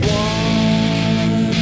one